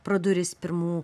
pro duris pirmų